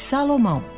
Salomão